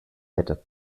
hätte